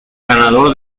ganador